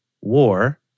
war